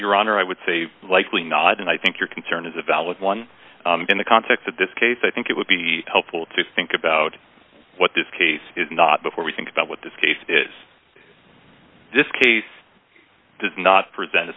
honor i would say likely not and i think your concern is a valid one in the context of this case i think it would be helpful to think about what this case is not before we think about what this case is this case does not present a